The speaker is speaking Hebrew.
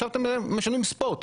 עכשיו אתם משלמים ספוט.